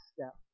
step